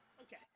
Okay